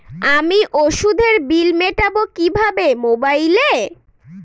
আমি ওষুধের বিল মেটাব কিভাবে মোবাইলে?